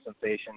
sensation